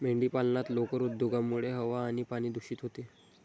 मेंढीपालनात लोकर उद्योगामुळे हवा आणि पाणी दूषित होते